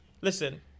listen